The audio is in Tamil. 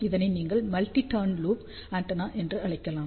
இதனை நீங்கள் மல்டி டர்ன் லூப் ஆண்டெனா என்று அழைக்கலாம்